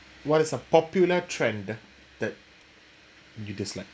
what is a popular trend that that you dislike